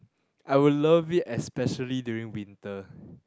I would love it especially during winter